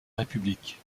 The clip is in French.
république